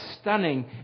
stunning